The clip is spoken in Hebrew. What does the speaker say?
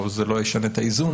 או שזה לא ישנה את האיזון,